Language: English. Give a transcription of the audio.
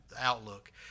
outlook